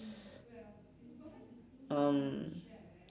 ~s um